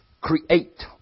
Create